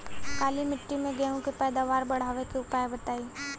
काली मिट्टी में गेहूँ के पैदावार बढ़ावे के उपाय बताई?